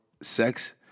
sex